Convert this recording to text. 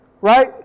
Right